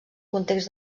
context